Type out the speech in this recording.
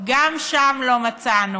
גם שם לא מצאנו.